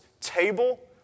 table